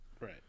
right